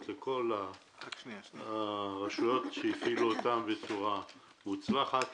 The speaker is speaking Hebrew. לכל הרשויות שהפעילו אותן בצורה מוצלחת